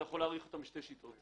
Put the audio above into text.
אתה יכול להעריך אותן בשתי שיטות.